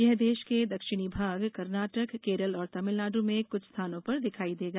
यह देश के दक्षिणी भाग कर्नाटक केरल और तमिलनाड़ में कुछ स्थानों पर दिखाई देगा